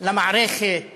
למערכת